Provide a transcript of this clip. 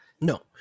No